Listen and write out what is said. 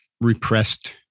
Repressed